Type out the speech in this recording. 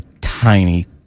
tiny